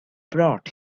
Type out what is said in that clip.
brought